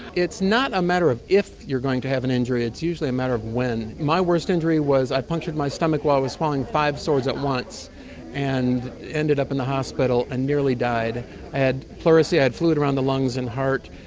it's not a matter of if you're going to have an injury, it's usually a matter of when. my worst injury was i punctured my stomach while i was swallowing five swords at once and ended up in the hospital and nearly died. i had pleurisy, i had fluid around the lungs and heart,